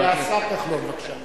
השר כחלון, בבקשה.